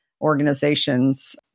organizations